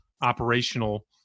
operational